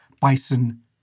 bison